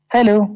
Hello